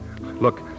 Look